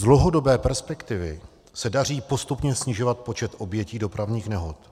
Z dlouhodobé perspektivy se daří postupně snižovat počet obětí dopravních nehod.